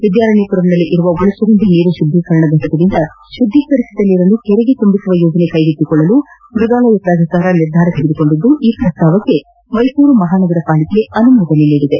ವಿದ್ಯಾರಣ್ಯಪುರಂನಲ್ಲಿರುವ ಒಳಚರಂಡಿ ನೀರು ಶುದ್ದೀಕರಣ ಫಟಕದಿಂದ ಶುದ್ದೀಕರಿಸಿದ ನೀರನ್ನು ಕೆರೆಗೆ ತುಂಬಿಸುವ ಯೋಜನೆ ಕೈಗೆತ್ತಿಕೊಳ್ಳಲು ಮ್ಮಗಾಲಯ ಪ್ರಾಧಿಕಾರ ನಿರ್ಧಾರ ತೆಗೆದುಕೊಂಡಿದ್ದು ಈ ಪ್ರಸ್ತಾವಕ್ಕೆ ಮ್ಮೆಸೂರು ಮಹಾನಗರ ಪಾಲಿಕೆ ಅನುಮೋದನೆ ನೀಡಿದೆ